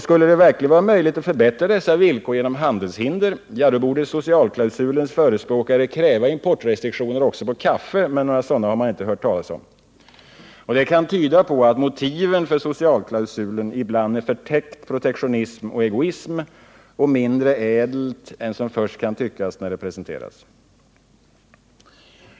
Skulle det verkligen vara möjligt att förbättra dessa villkor genom handelshinder borde socialklausulens förespråkare kräva importrestriktioner också på kaffe. Men några sådana har man inte hört talas om. Det kan tyda på att motivet för socialklausulen ibland är förtäckt protektionism och egoism och mindre ädelt än som först kan tyckas när det presenteras.